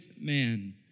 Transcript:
man